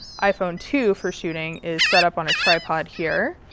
iphone, two, for shooting is set up on a tripod here.